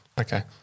Okay